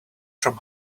from